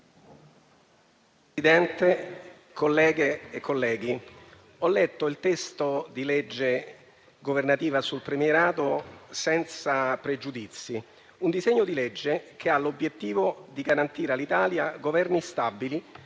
Presidente, colleghe e colleghi, ho letto il disegno di legge governativo sul premierato senza pregiudizi. È un disegno di legge che ha l'obiettivo di garantire all'Italia Governi stabili,